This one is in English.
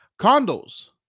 Condos